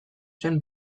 zen